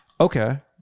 okay